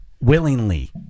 Willingly